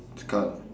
scarf